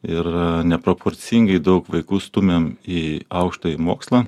ir neproporcingai daug vaikų stumiam į aukštąjį mokslą